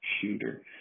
shooter